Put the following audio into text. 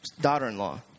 daughter-in-law